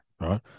Right